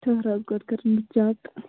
ٹھٔہر حظ گۄڈٕ کَرَن بہٕ چَک